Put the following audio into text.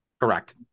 Correct